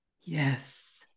Yes